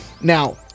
Now